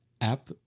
app